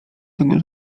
tego